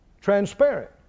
Transparent